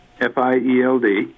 F-I-E-L-D